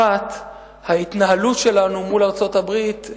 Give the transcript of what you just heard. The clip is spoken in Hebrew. אחת, ההתנהלות שלנו מול ארצות-הברית.